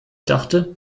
dachte